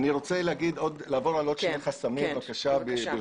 אני רוצה לעבור על עוד שני חסמים, ברשותכם: